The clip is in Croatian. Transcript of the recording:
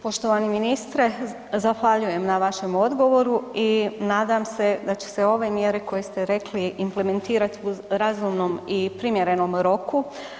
Poštovani ministre, zahvaljujem na vašem odgovoru i nadam se da će se ove mjere koje ste rekli implementirat u razumnom i primjerenom roku.